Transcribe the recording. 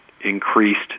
increased